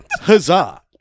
Huzzah